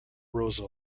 rosa